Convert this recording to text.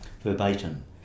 verbatim